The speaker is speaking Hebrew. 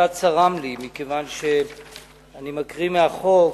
מכיוון שאני מקריא מהחוק.